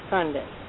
Sunday